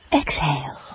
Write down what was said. exhale